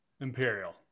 imperial